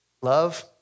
Love